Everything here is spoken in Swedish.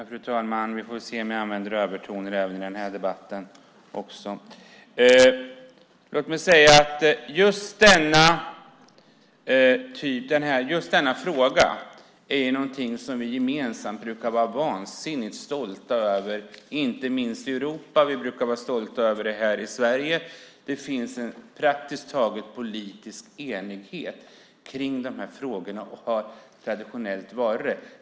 Fru talman! Vi får väl se om jag använder övertoner även i den här debatten. Låt mig säga att just denna fråga är något som vi gemensamt brukar vara vansinnigt stolta över, inte minst i Europa, och vi brukar vara stolta över den här i Sverige. Det finns praktiskt taget en politisk enighet om de här frågorna, och så har det traditionellt varit.